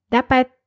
Dapat